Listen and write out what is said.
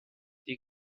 die